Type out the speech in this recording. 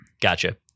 Gotcha